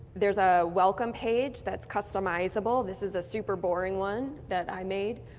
there's a welcome page that's customizable. this is a super boring one that i made,